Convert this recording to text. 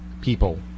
people